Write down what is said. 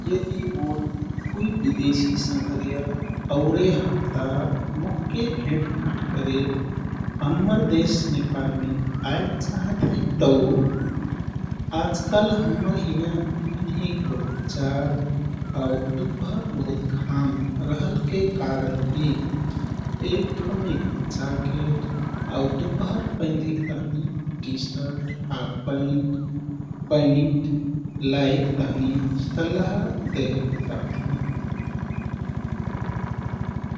यदि मोर कुइ बिदेशी सँघरिया औरे हप्ता मोहके भेटघाट करे हम्मर देश नेपालमे आइल चाहत है तौ आजकाल हम्मर हिंया भिन्हिक बहुत जाड आउ दुपहर बहुत घाम रहलके कारनति एक ठोमिक जाकेट आउ दुपहर पैंधेक तहिन टि-सर्ट, हाप-पैन्ट, पैन्ट लाइक तहनि सल्लाह देहेक चाहमु।